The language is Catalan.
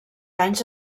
anys